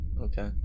Okay